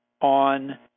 on